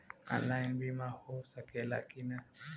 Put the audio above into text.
Online बीमा हो सकेला की ना?